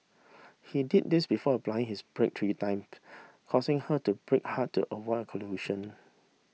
he did this before applying his brakes three time causing her to brake hard to avoid a collision